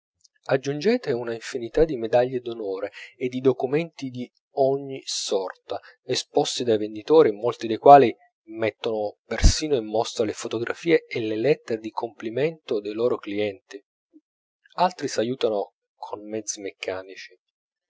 aggiungete una infinità di medaglie d'onore e di documenti d'ogni sorta esposti dai venditori molti dei quali mettono persino in mostra le fotografie e le lettere di complimento dei loro clienti altri s'aiutano con mezzi meccanici